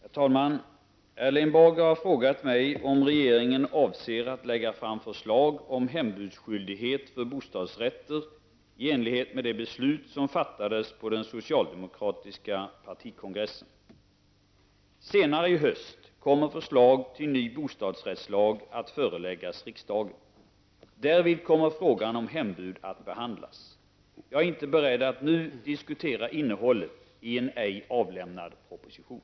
Herr talman! Erling Bager har frågat mig om regeringen avser att lägga fram förslag om hembudsskyldighet för bostadsrätter i enlighet med det beslut som fattades på den socialdemokratiska partikongressen. Senare i höst kommer förslag till ny bostadsrättslag att föreläggas riksdagen. Därvid kommer frågan om hembud att behandlas. Jag är inte beredd att nu diskutera innehållet i en ej avlämnad proposition.